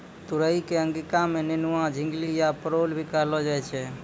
तुरई कॅ अंगिका मॅ नेनुआ, झिंगली या परोल भी कहलो जाय छै